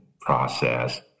process